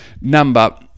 number